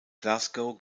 glasgow